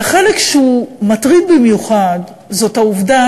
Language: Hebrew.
והחלק שהוא מטריד במיוחד הוא העובדה